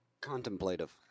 Contemplative